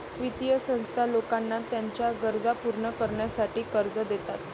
वित्तीय संस्था लोकांना त्यांच्या गरजा पूर्ण करण्यासाठी कर्ज देतात